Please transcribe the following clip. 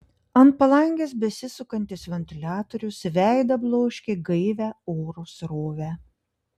ant palangės besisukantis ventiliatorius į veidą bloškė gaivią oro srovę